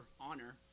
honor